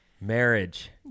Marriage